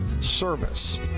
service